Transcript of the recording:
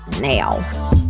now